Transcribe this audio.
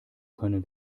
können